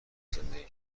زندگی